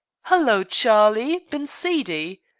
hallo, charlie! been seedy?